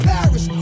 Paris